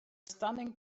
stunning